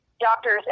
doctors